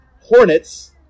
hornets